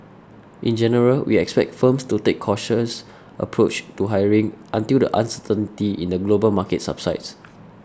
in general we expect firms to take cautious approach to hiring until the uncertainty in the global market subsides